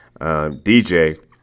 DJ